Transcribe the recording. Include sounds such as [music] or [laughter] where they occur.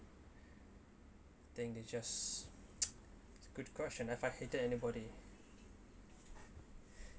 I think they just [noise] it's a good question if I hated anybody [breath]